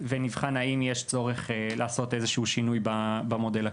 ונבחן אם יש צורך לעשות איזשהו שינוי במודל הקיים.